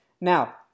Now